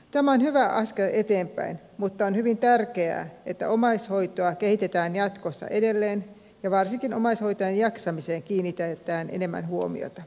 tämä on hyvä askel eteenpäin mutta on hyvin tärkeää että omaishoitoa kehitetään jatkossa edelleen ja varsinkin omaishoitajien jaksamiseen kiinnitetään enemmän huomiota